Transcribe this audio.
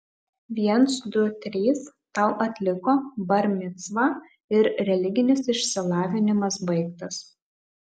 viens du trys tau atliko bar micvą ir religinis išsilavinimas baigtas